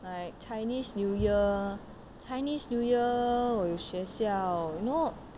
like chinese new year chinese new year 我有学校 you know